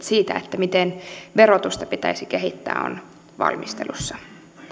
siitä miten verotusta pitäisi kehittää ovat valmistelussa